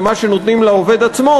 חוץ ממה שנותנים לעובד עצמו,